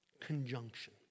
conjunction